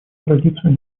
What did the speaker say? традицию